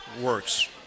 works